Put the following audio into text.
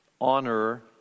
Honor